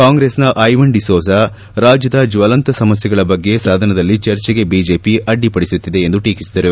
ಕಾಂಗ್ರೆಸ್ನ Ivan D'Souza ರಾಜ್ಯದ ಜ್ವಲಂತ ಸಮಸ್ಥೆಗಳ ಬಗ್ಗೆ ಸದನದಲ್ಲಿ ಚರ್ಚೆಗೆ ಬಿಜೆಪಿ ಅಡ್ಡಿಪಡಿಸುತ್ತಿದೆ ಎಂದು ಟೀಕಿಸಿದರು